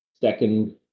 second